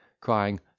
crying